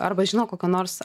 arba žino kokio nors